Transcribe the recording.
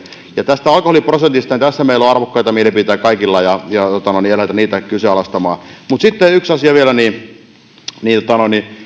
ja tästä alkoholiprosentista meillä on arvokkaita mielipiteitä kaikilla eikä lähdetä niitä kyseenalaistamaan mutta sitten yksi asia vielä